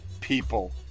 people